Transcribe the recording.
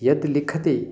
यत्लिखति